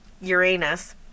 Uranus